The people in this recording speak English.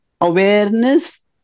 awareness